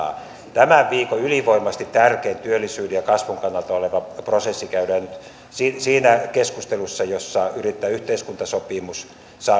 hoitaa tämän viikon ylivoimaisesti tärkein työllisyyden ja kasvun kannalta oleva prosessi käydään nyt siinä keskustelussa jossa yritetään yhteiskuntasopimus